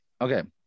Okay